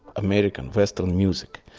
american western music,